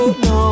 no